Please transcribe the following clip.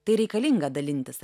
tai reikalinga dalintis